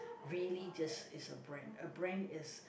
really just is a brand a brand is